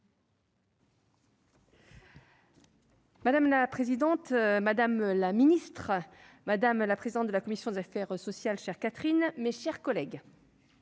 Madame la présidente, madame la ministre, madame la présidente de la commission des affaires sociales chères Catherine, mes chers collègues.